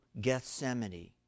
Gethsemane